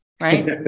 right